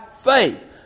faith